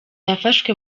yafashwe